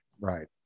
Right